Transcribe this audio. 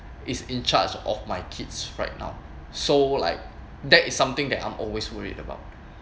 is in charge of my kids right now so like that is something that I'm always worried about